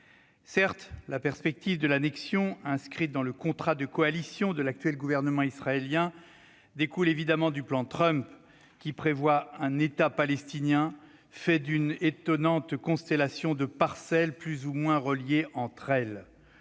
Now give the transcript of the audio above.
Certes, la perspective de l'annexion inscrite dans le contrat de coalition de l'actuel gouvernement israélien découle évidemment du plan Trump, qui prévoit un « État » palestinien fait d'une étonnante constellation de parcelles plus ou moins reliées entre elles.